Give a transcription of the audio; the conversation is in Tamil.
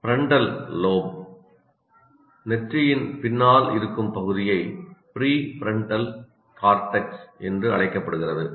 ஃப்ரண்டல் லோப் நெற்றியின் பின்னால் இருக்கும் பகுதியை ப்ரீஃப்ரன்டல் கோர்டெக்ஸ் என்று அழைக்கப்படுகிறது